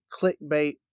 clickbait